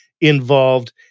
involved